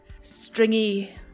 stringy